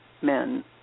men